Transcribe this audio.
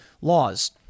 laws